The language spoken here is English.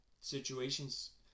situations